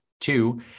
Two